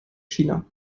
china